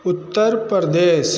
Uttar Pradesh